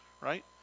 right